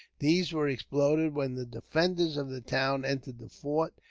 these were exploded when the defenders of the town entered the fort,